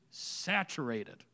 saturated